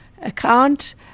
account